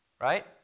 Right